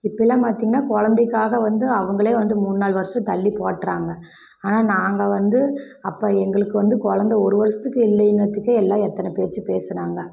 இப்போல்லாம் பார்த்திங்கன்னா கொழந்தைக்காக வந்து அவங்களே வந்து மூணு நாலு வருஷம் தள்ளி போடுறாங்க ஆனால் நாங்கள் வந்து அப்போ எங்களுக்கு வந்து கொழந்த ஒரு வருஷத்துக்கு இல்லேனதுக்கே எல்லாம் எத்தனை பேச்சு பேசினாங்க